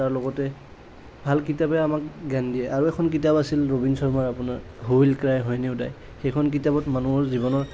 তাৰ লগতে ভাল কিতাপে আমাক জ্ঞান দিয়ে আৰু এখন কিতাপ আছিল ৰবীন শৰ্মাৰ আপোনাৰ who will cry when you die সেইখন কিতাপত মানুহৰ জীৱনৰ